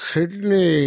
Sydney